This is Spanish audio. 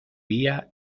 vía